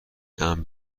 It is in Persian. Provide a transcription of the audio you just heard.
امن